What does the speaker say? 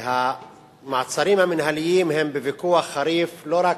והמעצרים המינהליים הם בוויכוח חריף לא רק